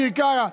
אביר קארה,